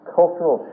cultural